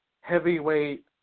heavyweight